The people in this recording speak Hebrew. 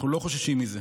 אנחנו לא חוששים מזה.